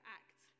act